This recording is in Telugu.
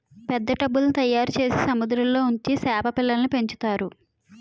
పెద్ద టబ్బుల్ల్ని తయారుచేసి సముద్రంలో ఉంచి సేప పిల్లల్ని పెంచుతారు